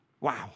Wow